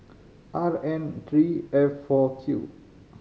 R N three F four Q